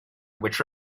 which